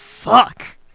Fuck